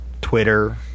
Twitter